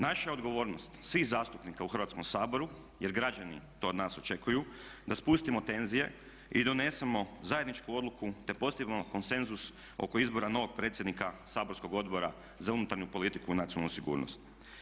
Naša odgovornost, svih zastupnika u Hrvatskom saboru jer građani to od nas očekuju da spustimo tenzije i donesemo zajedničku odluku te postignemo konsenzus oko izbora novog predsjednika saborskog Odbora za unutarnju politiku i nacionalnu sigurnost.